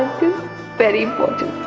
very important